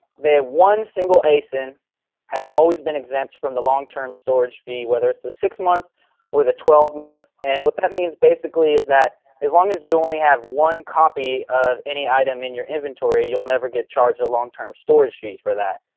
they one single asin has always been exempt from the long term storage fee whether it's a six month or the twelve month and what that means basically is that as long as you only have one copy of any item in your inventory, you'll never get charged a long term storage fee for that.